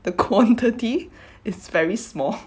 the quantity is very small